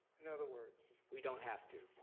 in other words? we don't have to.